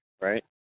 right